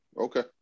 Okay